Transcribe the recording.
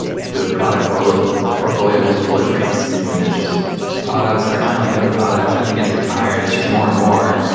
the product growth portfolio just proliferates. i mean, there're just products that are kind of like other products. nothing gets retired. it's just more and more.